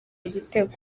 igitego